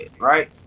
right